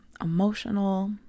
emotional